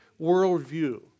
worldview